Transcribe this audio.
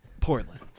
Portland